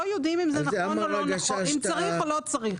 יודעים אם זה נכון או לא נכון ואם צריך או לא צריך.